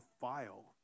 file